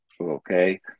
Okay